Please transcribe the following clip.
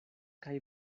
kaj